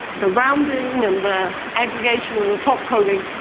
the rounding and the aggregation and the top coding,